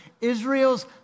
Israel's